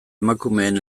emakumeen